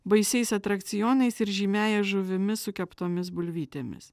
baisiais atrakcionais ir žymiąja žuvimi su keptomis bulvytėmis